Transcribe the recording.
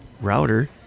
router